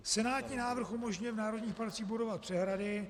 Senátní návrh umožňuje v národních parcích budovat přehrady.